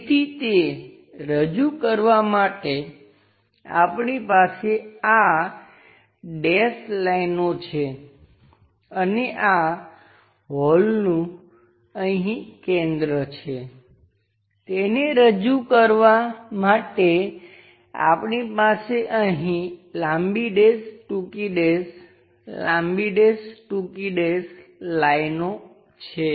તેથી તે રજૂ કરવા માટે આપણી પાસે આ ડેશ લાઇનો છે અને આ હોલનું અહીં કેન્દ્ર છે તેને રજૂ કરવાં માટે આપણી પાસે અહીં લાંબી ડેશ ટૂંકી ડેશ લાંબી ડેશ ટૂંકી ડેશ લાઈનો છે